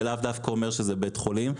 זה לאו דווקא אומר שזה בית חולים.